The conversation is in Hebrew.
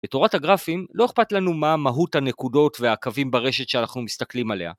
בתורת הגרפים לא אכפת לנו מה מהות הנקודות והקווים ברשת שאנחנו מסתכלים עליה.